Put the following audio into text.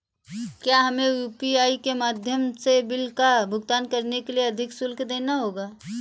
क्या हमें यू.पी.आई के माध्यम से बिल का भुगतान करने के लिए अधिक शुल्क देना होगा?